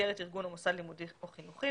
במסגרת ארגון או מוסד לימודי או חינוכי,